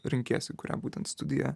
renkiesi kurią būtent studiją